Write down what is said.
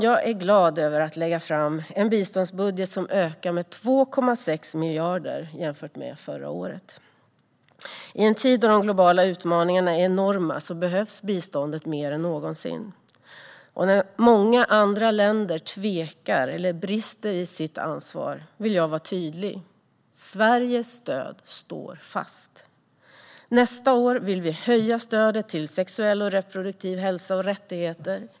Jag är glad över att få lägga fram en biståndsbudget som ökar med 2,6 miljarder jämfört med förra året. I en tid då de globala utmaningarna är enorma behövs biståndet mer än någonsin. När många andra länder tvekar eller brister i sitt ansvar vill jag vara tydlig med att Sveriges stöd står fast. Nästa år vill vi höja stödet till sexuell och reproduktiv hälsa och rättigheter.